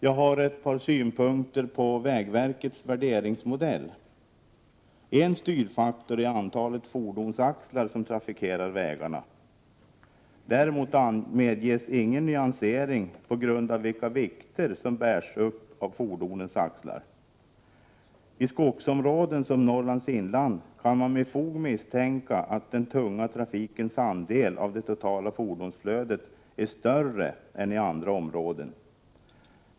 Jag har också ett par synpunkter på vägverkets värderingsmodell. En styrfaktor är antalet fordonsaxlar som trafikerar vägarna. Däremot medges ingen nyansering på grundval av vilka vikter som bärs upp av fordonens axlar. Man kan med fog misstänka att den tunga trafikens andel av det totala fordonsflödet är större i skogsområden som Norrlands inland än i andra områden.